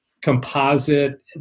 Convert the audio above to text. composite